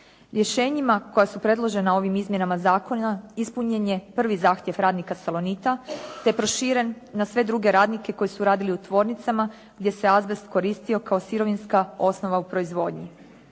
Rješenjima koja su predložena ovim izmjenama zakona ispunjen je prvi zahtjev radnika "Salonita" te je proširen na sve druge radnike koji su radili u tvornicama gdje se azbest koristio kao sirovinska osnova u proizvodnji.